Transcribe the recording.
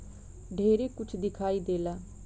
ढेरे कुछ दिखाई देला